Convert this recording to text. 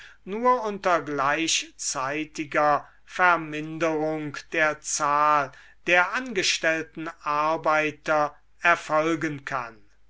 nur unter gleichzeitiger verminderung der zahl der angestellten arbeiter erfolgen kann